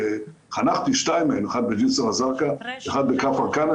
חנכתי שתיים מהן אחת בג'סר אז זרקא ואחת בכפר כנא.